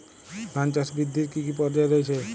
ধান চাষ বৃদ্ধির কী কী পর্যায় রয়েছে?